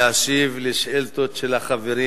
להשיב לשאילתות של החברים.